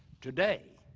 today,